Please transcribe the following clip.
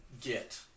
get